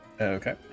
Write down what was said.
Okay